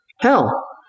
Hell